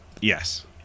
Yes